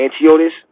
Antiochus